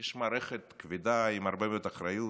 יש מערכת כבדה עם הרבה מאוד אחריות,